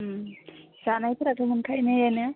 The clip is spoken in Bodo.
उम जानायफोराथ' मोनखायोने एयावनो